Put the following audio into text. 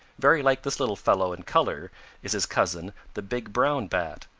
very like this little fellow in color is his cousin the big brown bat,